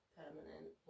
permanent